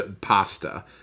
pasta